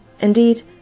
Indeed